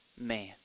man